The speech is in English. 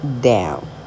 down